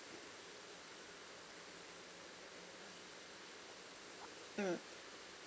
mm